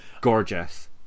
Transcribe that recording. gorgeous